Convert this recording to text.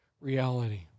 reality